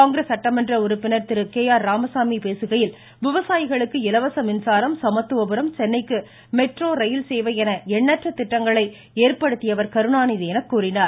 காங்கிரஸ் சட்டமன்ற உறுப்பினர் Thiru K R Ramasamy பேசுகையில் விவசாயிகளுக்கு இலவச மின்சாரம் சமத்துவபுரம் சென்னைக்கு மெட்ரோ ரயில் சேவை என எண்ணற்ற சிறந்த திட்டங்களை ஏற்படுத்தியவர் கருணாநிதி என்று கூறினார்